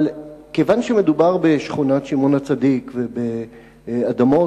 אבל כיוון שמדובר בשכונת שמעון-הצדיק ובאדמות